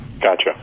Gotcha